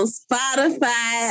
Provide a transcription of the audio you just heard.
spotify